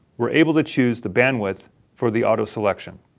we're able to choose the bandwidth for the auto selection.